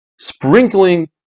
sprinkling